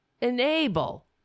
enable